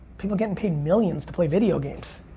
people getting paid millions to play video games.